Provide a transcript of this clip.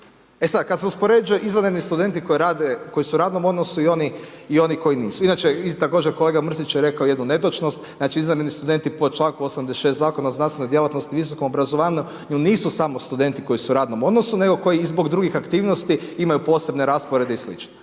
E sad, kad se uspoređuje izvanredni studenti koji rade, koji su u radnom odnosu i oni koji nisu, inače također kolega Mrsić je rekao jednu netočnost. Znači izvanredni studenti po članku 86. Zakona o znanstvenoj djelatnosti visokom obrazovanju nisu samo studenti koji su u radnom odnosno nego koji i zbog drugih aktivnosti imaju posebne rasporede i sl.